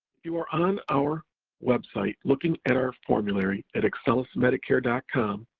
if you are on our website, looking at our formulary at excellusmedicare ah com,